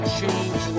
change